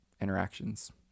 interactions